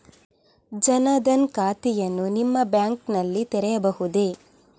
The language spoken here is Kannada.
ಜನ ದನ್ ಖಾತೆಯನ್ನು ನಿಮ್ಮ ಬ್ಯಾಂಕ್ ನಲ್ಲಿ ತೆರೆಯಬಹುದೇ?